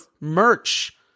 merch